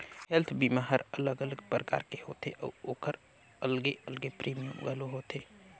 health बीमा हर अलग अलग परकार के होथे अउ ओखर अलगे अलगे प्रीमियम घलो होथे